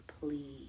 please